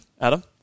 Adam